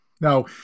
Now